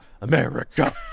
America